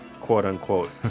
quote-unquote